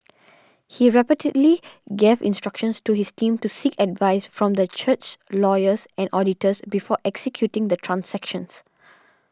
he repeatedly gave instructions to his team to seek advice from the church's lawyers and auditors before executing the transactions